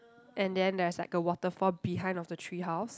and then there's like a waterfall behind of the treehouse